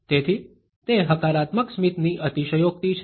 તેથી તે હકારાત્મક સ્મિતની અતિશયોક્તિ છે